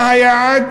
מה היעד?